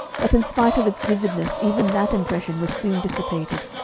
but in spite of its vividness even that impression was soon dissipated,